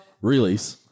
release